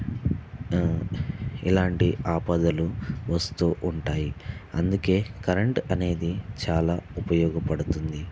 ఇలాంటి ఆపదలు వస్తూ ఉంటాయి అందుకే కరెంట్ అనేది చాలా ఉపయోగపడుతుంది